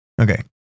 okay